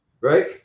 Right